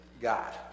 God